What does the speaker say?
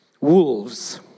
wolves